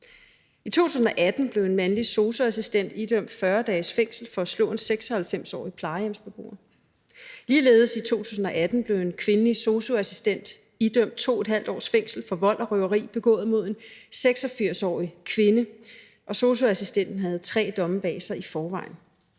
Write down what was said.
I 2018 blev en mandlig sosu-assistent idømt 40 dages fængsel for at slå en 96-årig plejehjemsbeboer. Ligeledes i 2018 blev en kvindelig sosu-assistent idømt 2½ års fængsel for vold og røveri begået mod en 86-årig kvinde, og sosu-assistenten havde tre domme bag sig i forvejen.